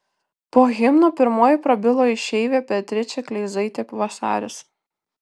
po himno pirmoji prabilo išeivė beatričė kleizaitė vasaris